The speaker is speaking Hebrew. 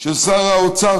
של שר האוצר,